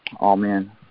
Amen